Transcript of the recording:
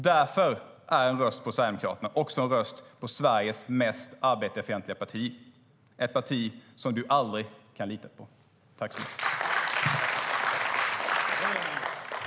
Därför är en röst på Sverigedemokraterna också en röst på Sveriges mest arbetarfientliga parti, ett parti som man aldrig kan lita på.